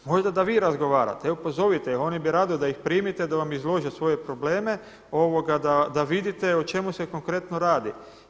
Možda da vi razgovarate, evo pozovite ih, oni bi rado da ih primite, da vam izlože svoje probleme, da vidite o čemu se konkretno radi.